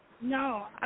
No